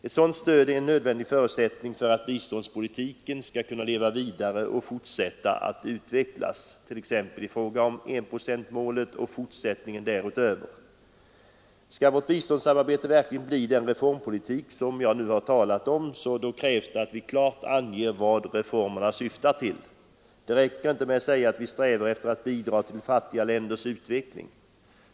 Ett sådant stöd är en nödvändig förutsättning för att biståndspolitiken skall kunna leva vidare och fortsätta att utvecklas, t.ex. i fråga om enprocentsmålet och fortsättningen därutöver. Skall vårt biståndssamarbete verkligen bli den reformpolitik som jag nu talat om krävs det att vi klart anger vad reformerna syftar till. Det räcker inte med att säga att vi strävar efter att bidra till de fattiga ländernas utveckling.